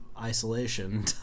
isolation